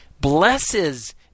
blesses